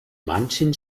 manchen